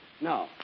No